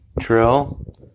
Trill